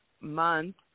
month